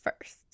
first